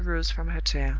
she rose from her chair.